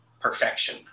perfection